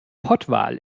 pottwal